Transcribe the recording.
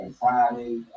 Friday